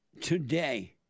today